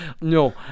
No